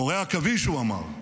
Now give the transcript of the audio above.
קורי העכביש, הוא אמר?